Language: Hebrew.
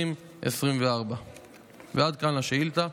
2024. עד כאן לשאילתה.